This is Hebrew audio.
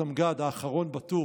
הסמג"ד האחרון בתור,